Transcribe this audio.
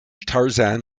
tarzan